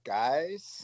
guys